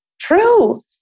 true